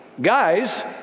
guys